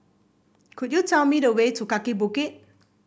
could you tell me the way to Kaki Bukit